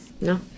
No